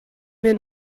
mir